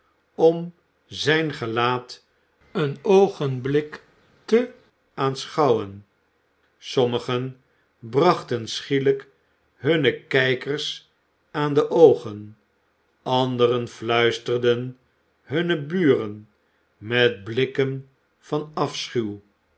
om zijn gelaat een oogenblik te aanschouwen sommigen brachten schielijk hunne kijkers aan de oogen anderen fluisterden hunne buren met blikken van